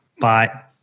Bye